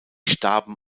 starben